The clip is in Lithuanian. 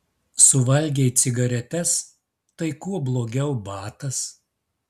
suvalgei cigaretes tai kuo blogiau batas